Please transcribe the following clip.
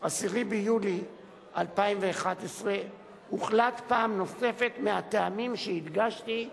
10 ביולי 2011, הוחלט פעם נוספת, מהטעמים שהדגשתי,